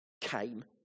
came